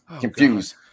confused